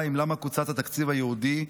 למה קוצץ התקציב הייעודי?